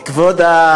מה קורה פה?